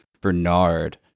Bernard